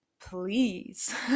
please